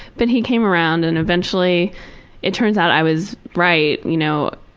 but he came around and eventually it turns out i was right, you know.